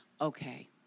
okay